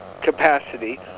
capacity